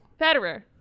Federer